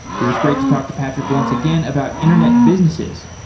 it was great to talk to patrick once again about internet businesses,